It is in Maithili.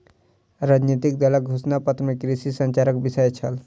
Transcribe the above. राजनितिक दलक घोषणा पत्र में कृषि संचारक विषय छल